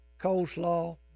coleslaw